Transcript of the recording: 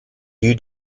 you